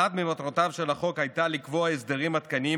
אחת ממטרותיו של החוק הייתה לקבוע הסדרים עדכניים